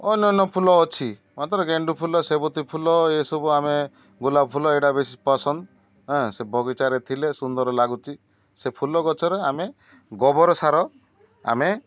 ଅନ୍ୟାନ୍ୟ ଫୁଲ ଅଛି ମାତ୍ର ଗେଣ୍ଡୁ ଫୁଲ ସେବତୀ ଫୁଲ ଏସବୁ ଆମେ ଗୋଲାପ ଫୁଲ ଏଇଟା ବେଶୀ ପସନ୍ଦ ସେ ବଗିଚାରେ ଥିଲେ ସୁନ୍ଦର ଲାଗୁଛି ସେ ଫୁଲ ଗଛରେ ଆମେ ଗୋବର ସାର ଆମେ